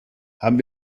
haben